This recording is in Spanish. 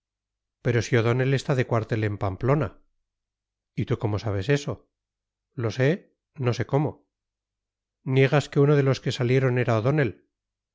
pero si o'donnell está de cuartel en pamplona y tú cómo sabes eso lo sé no sé cómo niegas que uno de los que salieron era o'donnell